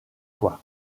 quoi